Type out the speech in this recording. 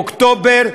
אוקטובר,